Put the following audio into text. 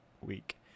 week